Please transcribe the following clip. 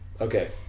Okay